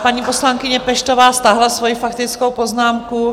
Paní poslankyně Peštová stáhla svoji faktickou poznámku.